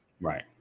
right